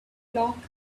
flock